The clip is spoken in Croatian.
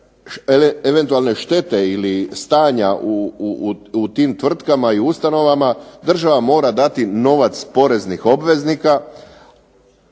eventualne štete ili stanja u tim tvrtkama i ustanovama država mora dati novac poreznih obveznika,